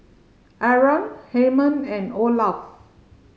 Arron Hymen and Olaf